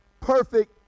perfect